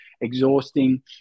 exhausting